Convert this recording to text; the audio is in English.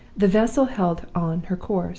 the vessel held on her course,